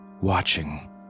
watching